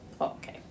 okay